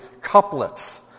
couplets